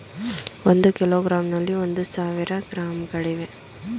ಒಂದು ಕಿಲೋಗ್ರಾಂನಲ್ಲಿ ಒಂದು ಸಾವಿರ ಗ್ರಾಂಗಳಿವೆ